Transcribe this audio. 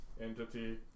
entity